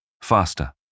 faster